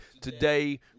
today